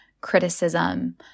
criticism